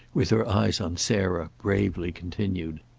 with her eyes on sarah, bravely continued.